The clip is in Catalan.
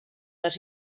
les